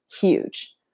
huge